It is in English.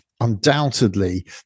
undoubtedly